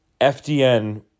FDN